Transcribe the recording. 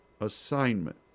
assignment